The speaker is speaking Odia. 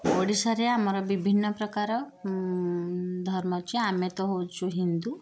ଓଡ଼ିଶାରେ ଆମର ବିଭିନ୍ନ ପ୍ରକାର ଧର୍ମ ଅଛି ଆମେ ତ ହେଉଛୁ ହିନ୍ଦୁ